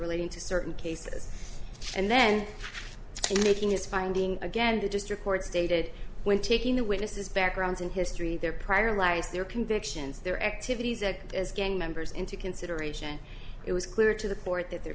relating to certain cases and then making his finding again to just record stated when taking the witnesses backgrounds in history their prior life their convictions their activities that as gang members into consideration it was clear to the court that their